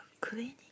cleaning